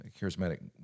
charismatic